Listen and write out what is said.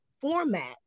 format